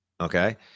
Okay